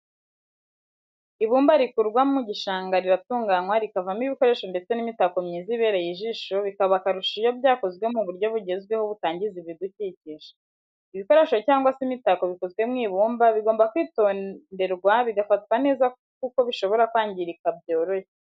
Ibumba rikurwa mu gishanga riratunganywa rikavamo ibikoresho ndetse n'imitako myiza ibereye ijisho bikaba akarusho iyo byakozwe mu buryo bugezweho butangiza ibidukikije. ibikoresho cyangwa se imitako bikozwe mu ibumba bigomba kwitonderwa bigafatwa neza kuko bishobora kwangirika byoroshye.